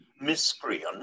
miscreant